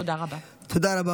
תודה רבה.